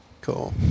Cool